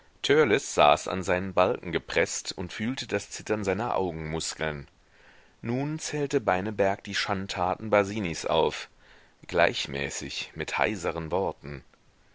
an seinen balken gepreßt und fühlte das zittern seiner augenmuskeln nun zählte beineberg die schandtaten basinis auf gleichmäßig mit heiseren worten